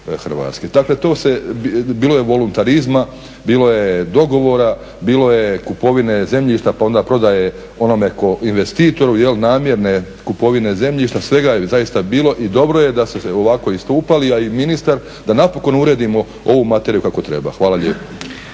Hrvatske. Dakle, to se, bilo je voluntarizma, bilo je dogovora, bilo je kupovine zemljišta pa onda prodaje onome, investitoru, namjerne kupovine zemljišta, svega je zaista bilo i dobro je da ste se ovako istupali, a i ministar, da napokon uredimo ovu materiju kako treba. Hvala lijepo.